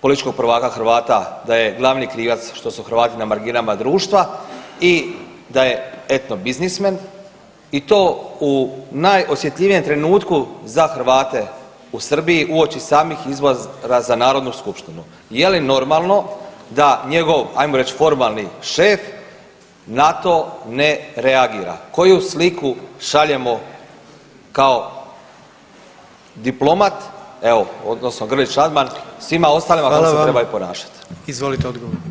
političkog prvaka Hrvata da je glavni krivac što su Hrvati na marginama društva i da je eto biznismen i to u najosjetljivijem trenutku za Hrvate u Srbiji uoči samih izbora za Narodnu skupštinu, je li normalno da njegov, ajmo reć formalni šef, na to ne reagira, koju sliku šaljemo kao diplomat, evo odnosno Grlić Radman svima ostalima kako se trebaju ponašat.